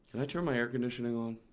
i turn my air conditioning on?